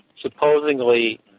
Supposedly